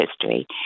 history